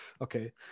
okay